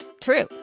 True